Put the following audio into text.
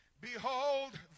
behold